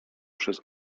przez